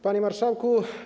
Panie Marszałku!